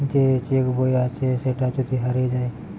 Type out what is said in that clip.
যে চেক বই আছে সেটা যদি হারিয়ে যায়